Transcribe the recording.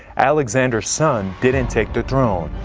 alexander's son didn't take the throne,